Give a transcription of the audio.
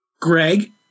greg